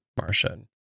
Martian